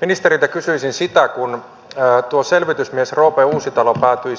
ministeriltä kysyisin kun tuo selvitysmies roope uusitalo päätyi